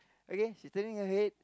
okay she's turning her head